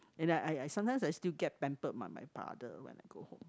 and then I I sometimes I still get pampered by my father when I go home